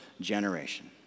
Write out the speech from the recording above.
generation